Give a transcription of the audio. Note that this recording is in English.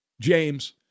James